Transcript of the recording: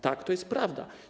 Tak, to jest prawda.